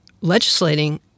legislating